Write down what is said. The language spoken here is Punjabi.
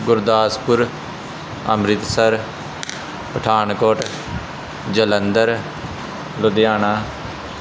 ਗੁਰਦਾਸਪੁਰ ਅੰਮ੍ਰਿਤਸਰ ਪਠਾਨਕੋਟ ਜਲੰਧਰ ਲੁਧਿਆਣਾ